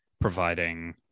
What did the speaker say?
providing